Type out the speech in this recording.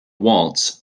waltz